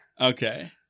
Okay